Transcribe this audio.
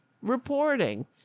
reporting